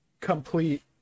complete